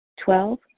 Twelve